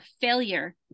failure